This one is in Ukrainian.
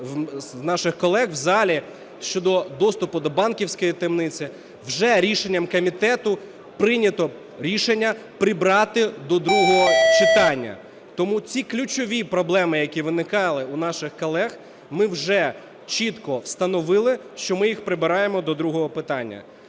наших колег в залі, щодо доступу до банківської таємниці вже рішенням комітету прийнято рішення прибрати до другого читання. Тому ці ключові проблеми, які виникали у наших колег, ми вже чітко встановили, що ми їх прибираємо до другого читання.